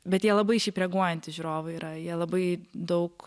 bet jie labai šiaip reaguojantys žiūrovai yra jie labai daug